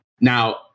now